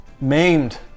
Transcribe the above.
Maimed